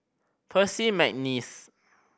Percy McNeice